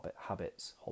habits